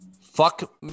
Fuck